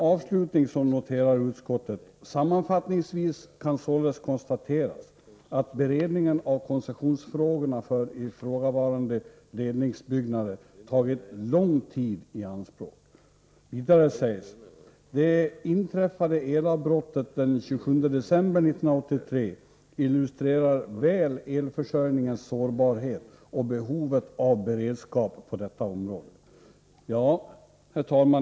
Avslutningsvis noterar utskottet följande: ”Sammanfattningsvis kan således konstateras att beredningen av koncessionsfrågorna för ifrågavarande ledningsutbyggnader tagit lång tid i anspråk. Vidare säger utskottet: ”Det inträffade elavbrottet den 27 december 1983 illustrerar väl elförsörjningens sårbarhet och behovet av beredskap på detta område.” Herr talman!